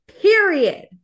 Period